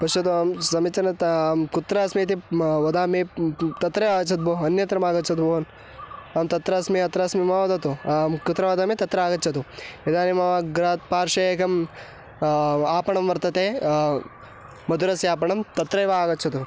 पश्यतु अहं समीचीनतया अहं कुत्र अस्मि इति मम वदामि तत्र आगच्छतु भोः अन्यत्रमागच्छतु भवान् अहं तत्र अस्मि अत्र अस्मि मा वदतु आं कुत्र वदामि तत्र आगच्छतु इदानीं मम गृहात् पार्श्वे एकम् आपणं वर्तते मधुरस्य आपणं तत्रैव आगच्छतु